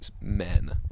men